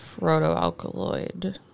protoalkaloid